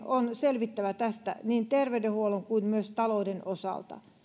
on selvittävä tästä niin terveydenhuollon kuin talouden osalta